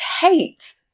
hate